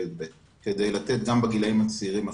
י"ב כדי לתת גם לגילאים הצעירים מחשב.